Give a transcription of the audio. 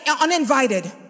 uninvited